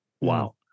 wow